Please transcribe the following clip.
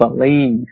believe